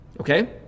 Okay